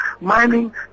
mining